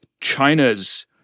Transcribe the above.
China's